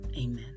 Amen